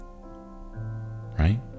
right